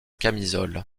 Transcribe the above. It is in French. camisole